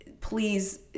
Please